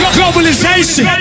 Globalization